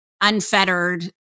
unfettered